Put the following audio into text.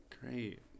Great